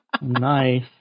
Nice